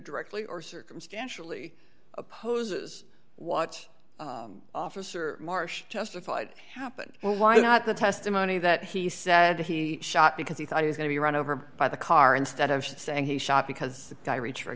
directly or circumstantially opposes watch officer marsh testified happened why not the testimony that he said he shot because he thought he was going to run over by the car instead of saying he shot because i reach for a